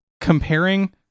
comparing